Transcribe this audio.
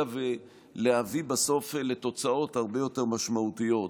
ולהביא בסוף לתוצאות הרבה יותר משמעותיות.